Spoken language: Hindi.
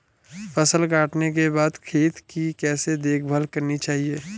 फसल काटने के बाद खेत की कैसे देखभाल करनी चाहिए?